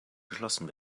geschlossen